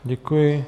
Děkuji.